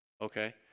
Okay